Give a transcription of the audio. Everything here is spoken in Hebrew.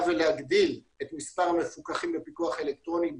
ולהגדיל את מספר המפוקחים בפיקוח אלקטרוני,